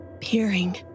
Peering